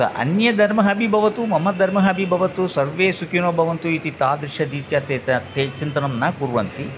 अन्यधर्मः अपि भवतु मम धर्मः अपि भवतु सर्वे सुखिनो भवन्तु इति तादृशरीत्या ते त ते चिन्तनं न कुर्वन्ति